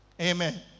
Amen